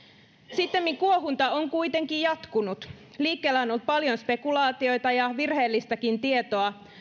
sittemmin kuohunta on kuitenkin jatkunut liikkeellä on ollut paljon spekulaatioita ja virheellistäkin tietoa